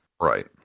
Right